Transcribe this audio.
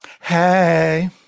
Hey